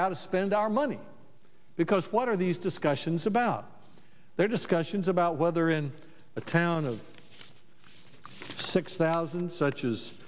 how to spend our money because what are these discussions about their discussions about whether in a town of six thousand such